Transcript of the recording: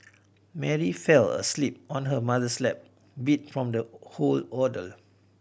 Mary fell asleep on her mother's lap beat from the whole ordeal